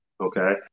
okay